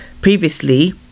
previously